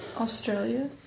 Australia